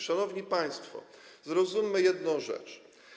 Szanowni państwo, zrozummy jedną rzecz.